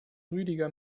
rüdiger